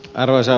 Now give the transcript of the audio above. arvoisa